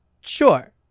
Sure